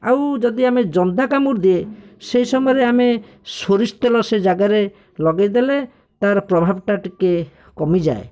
ଆଉ ଯଦି ଆମେ ଜନ୍ଦା କାମୁଡ଼ିଦିଏ ସେହି ସମୟରେ ଆମେ ସୋରିଷ ତେଲ ସେ ଜାଗାରେ ଲଗେଇଦେଲେ ତାର ପ୍ରଭାବଟା ଟିକିଏ କମିଯାଏ